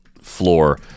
floor